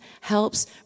helps